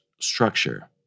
structure